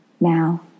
now